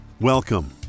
Welcome